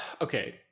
okay